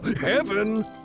Heaven